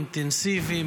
אינטנסיבי,